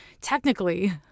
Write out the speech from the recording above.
technically